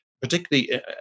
particularly